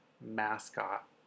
Mascot